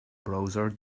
browser